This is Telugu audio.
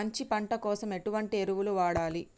మంచి పంట కోసం ఎటువంటి ఎరువులు వాడాలి?